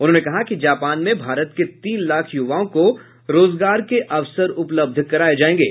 उन्होंने कहा कि जापान में भारत के तीन लाख युवाओं को रोजगार के अवसर उपलब्ध कराये जायेंगे